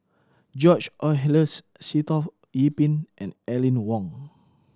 George Oehlers Sitoh Yih Pin and Aline Wong